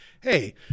hey